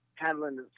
handling